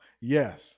Yes